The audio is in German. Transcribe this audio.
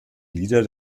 lieder